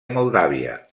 moldàvia